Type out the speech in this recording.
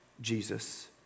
Jesus